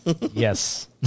yes